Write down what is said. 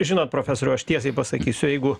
žinot profesoriau aš tiesiai pasakysiu jeigu